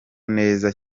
neza